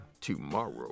tomorrow